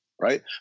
right